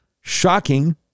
shocking